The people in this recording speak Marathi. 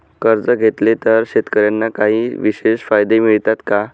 कर्ज घेतले तर शेतकऱ्यांना काही विशेष फायदे मिळतात का?